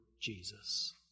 Jesus